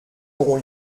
auront